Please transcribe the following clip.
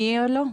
לא,